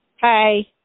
Hi